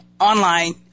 online